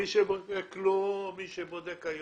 מי שהיום בודק אצלו.